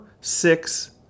six